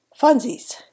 Funsies